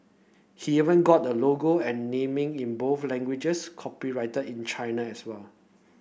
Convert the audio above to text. he even got the logo and naming in both languages copyrighted in China as well